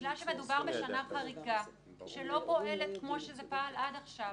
בגלל שמדובר בשנה חריגה שלא פועלת כמו שזה פעל עד עכשיו.